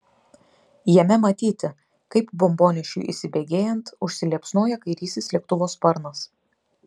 jame matyti kaip bombonešiui įsibėgėjant užsiliepsnoja kairysis lėktuvo sparnas